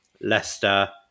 Leicester